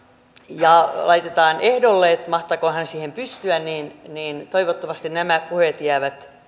ja laitetaan ehdolle että mahtaako hän siihen pystyä mutta toivottavasti nämä puheet jäävät